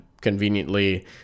conveniently